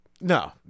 No